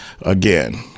again